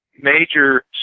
major